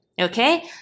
okay